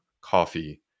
coffee